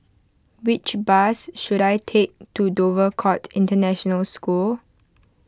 which bus should I take to Dover Court International School